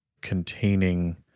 containing